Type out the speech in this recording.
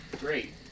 Great